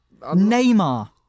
Neymar